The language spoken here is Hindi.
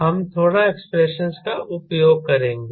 हम थोड़ा एक्सप्रेशनस का उपयोग करेंगे